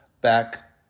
back